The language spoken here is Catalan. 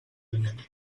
client